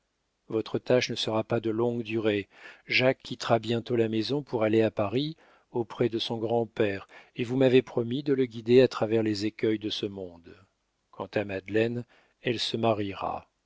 votre tâche ne sera pas de longue durée jacques quittera bientôt la maison pour aller à paris auprès de son grand-père et vous m'avez promis de le guider à travers les écueils de ce monde quant à madeleine elle se mariera